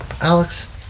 Alex